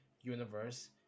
universe